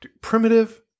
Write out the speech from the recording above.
Primitive